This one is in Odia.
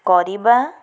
କରିବା